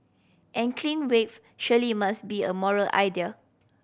and clean wage surely must be a moral idea